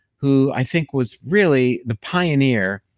who i think was really the pioneer